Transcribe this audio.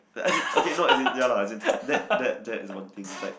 like as in okay no okay as in ya lah as in that that is one thing is like